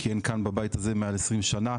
כיהן כאן בבית הזה מעל 20 שנה.